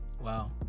Wow